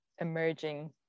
emerging